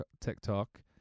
TikTok